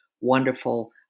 wonderful